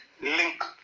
link